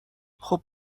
خوب